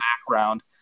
background